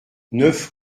neuf